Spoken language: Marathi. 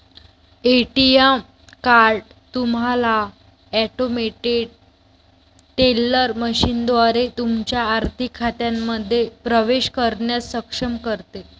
ए.टी.एम कार्ड तुम्हाला ऑटोमेटेड टेलर मशीनद्वारे तुमच्या आर्थिक खात्यांमध्ये प्रवेश करण्यास सक्षम करते